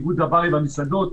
איגוד הברים והמסעדות.